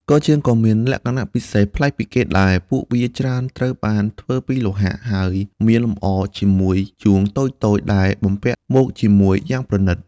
កងជើង ក៏មានលក្ខណៈពិសេសប្លែកពីគេដែរ។ ពួកវាច្រើនត្រូវបានធ្វើពីលោហៈ ហើយមានលម្អជាមួយ ជួងតូចៗ ដែលបំពាក់មកជាមួយយ៉ាងប្រណីត។